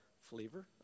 flavor